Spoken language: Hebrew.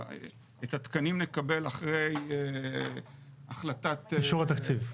את התקנים נקבל אחרי אישור התקציב.